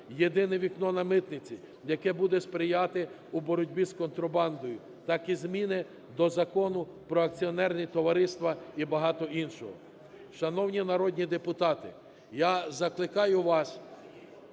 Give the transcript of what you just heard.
"єдине вікно" на митниці, яке буде сприяти у боротьбі з контрабандою, так і зміни до Закону "Про акціонерні товариства" і багато іншого. Шановні народні депутати, я закликаю вас,